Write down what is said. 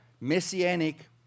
messianic